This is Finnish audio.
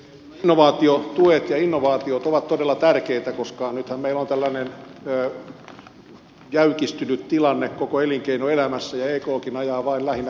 nämä innovaatiotuet ja innovaatiot ovat todella tärkeitä koska nythän meillä on tällainen jäykistynyt tilanne koko elinkeinoelämässä ja ekkin ajaa vain lähinnä pieniä palkkoja